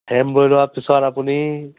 frame লৈ লোৱা পিছত আপুনি